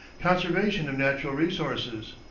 conservation of natural resources,